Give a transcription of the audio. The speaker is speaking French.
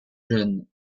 jeunes